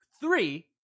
three